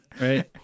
right